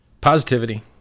positivity